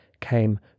came